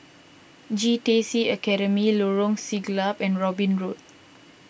J T C Academy Lorong Siglap and Robin Road